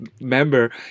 member